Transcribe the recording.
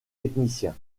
techniciens